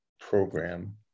program